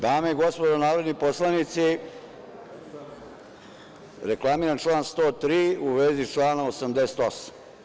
Dame i gospodo narodni poslanici, reklamiram član 103. u vezi člana 88.